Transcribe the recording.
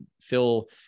Phil